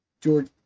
George